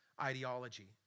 ideology